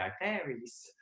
fairies